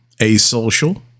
asocial